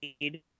need